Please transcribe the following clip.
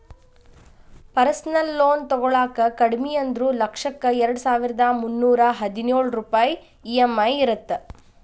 personal loan ತೊಗೊಳಾಕ ಕಡಿಮಿ ಅಂದ್ರು ಲಕ್ಷಕ್ಕ ಎರಡಸಾವಿರ್ದಾ ಮುನ್ನೂರಾ ಹದಿನೊಳ ರೂಪಾಯ್ ಇ.ಎಂ.ಐ ಇರತ್ತ